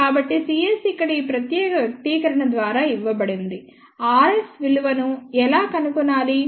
కాబట్టి cs ఇక్కడ ఈ ప్రత్యేక వ్యక్తీకరణ ద్వారా ఇవ్వబడింది rs విలువను ఎలా కనుగొనాలి